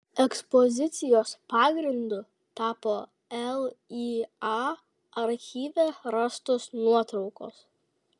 ekspozicijos pagrindu tapo lya archyve rastos nuotraukos